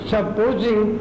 Supposing